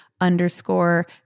underscore